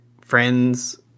friends